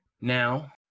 Now